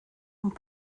ond